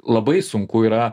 labai sunku yra